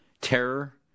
terror